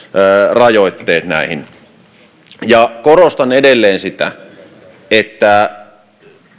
rajoitteet näihin korostan edelleen sitä että